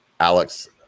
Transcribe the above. Alex